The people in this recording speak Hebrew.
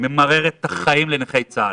ממררת את החיים לנכי צה"ל.